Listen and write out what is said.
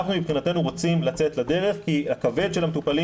אנחנו מבחינתנו רוצים לצאת לדרך כי הכבד של המטופלים